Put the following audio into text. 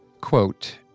Quote